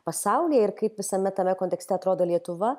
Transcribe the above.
pasaulyje ir kaip visame tame kontekste atrodo lietuva